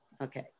Okay